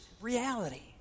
reality